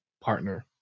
partner